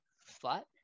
flat